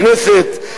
הכנסת,